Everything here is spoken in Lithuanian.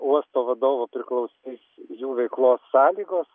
uosto vadovo priklausosys jų veiklos sąlygos